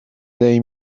they